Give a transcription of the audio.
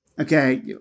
Okay